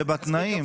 ובתנאים.